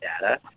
data